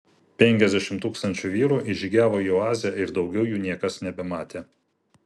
penkiasdešimt tūkstančių vyrų įžygiavo į oazę ir daugiau jų niekas nebematė